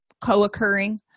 co-occurring